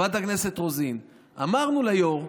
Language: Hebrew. חברת הכנסת רוזין, אמרנו ליו"ר: